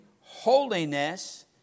holiness